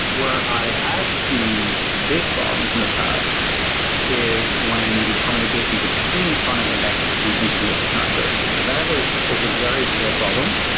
where i have seen big problems in the past is when the communication between frontend and backend and engineers is not good. so that is is a very real problem.